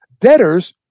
Debtors